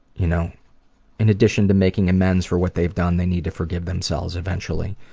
you know in addition to making amends for what they've done, they need to forgive themselves eventually.